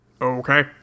okay